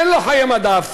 אין לו חיי מדף.